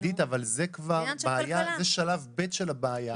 עידית, אבל זה שלב ב' של הבעיה.